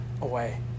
away